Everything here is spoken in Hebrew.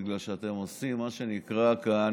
בגלל שאתם עושים מה שנקרא כאן